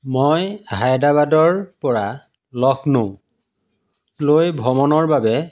মই হায়দৰাবাদৰপৰা লক্ষ্ণৌলৈ ভ্ৰমণৰ বাবে